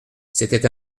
c’était